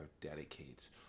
dedicates